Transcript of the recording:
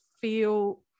feel